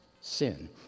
sin